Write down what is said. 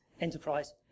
enterprise